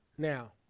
Now